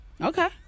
Okay